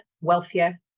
wealthier